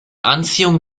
anziehung